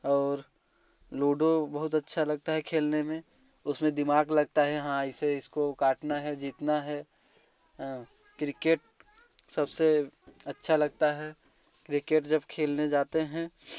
और लूडो बहुत अच्छा लगता है खेलने में उसमें दिमाग लगता है हाँ ऐसे इसको काटना है जीतना है हाँ क्रिकेट सबसे अच्छा लगता है क्रिकेट जब खेलने जाते हैं